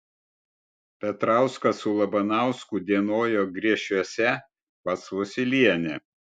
petrauskas su labanausku dienojo griešiuose pas vosylienę